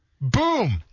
Boom